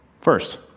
First